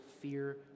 fear